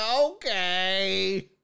okay